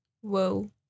Whoa